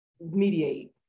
mediate